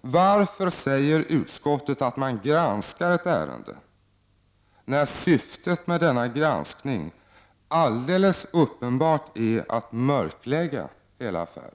Varför säger utskottet att man granskar ett ärende, när syftet med denna granskning alldeles uppenbart är att mörklägga hela affären?